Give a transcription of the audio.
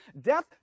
Death